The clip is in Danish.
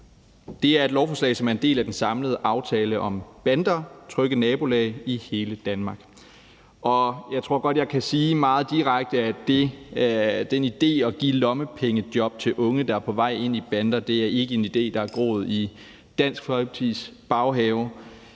det er et lovforslag, som er en del af den samlede aftale om bander, »Trygge nabolag i hele Danmark«, og jeg tror godt, jeg kan sige meget direkte, at den idé om at give lommepengejob til unge, der er på vej ind i bander, ikke er en idé, der er groet i Dansk Folkepartis baghave.